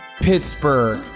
pittsburgh